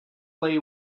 play